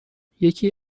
یکی